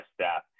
staff